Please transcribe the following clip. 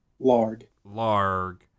Larg